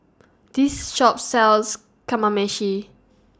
This Shop sells Kamameshi